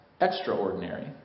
extraordinary